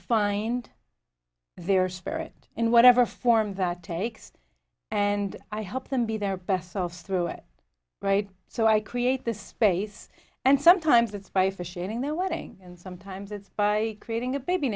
find their spirit in whatever form that takes and i help them be their best selves through it right so i create this space and sometimes it's by for sharing their wedding and sometimes it's by creating a baby